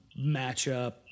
matchup